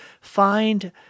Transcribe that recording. find